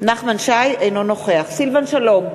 אינו נוכח סילבן שלום,